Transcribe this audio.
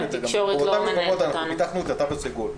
באותם מקומות אנחנו פיתחנו את התו הסגול.